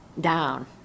down